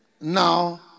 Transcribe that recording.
now